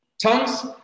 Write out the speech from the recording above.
Tongues